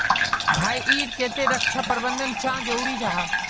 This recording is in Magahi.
भाई ईर केते रक्षा प्रबंधन चाँ जरूरी जाहा?